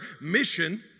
mission